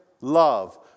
love